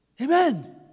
Amen